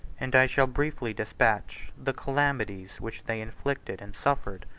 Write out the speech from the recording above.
and i shall briefly despatch the calamities which they inflicted and suffered,